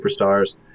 superstars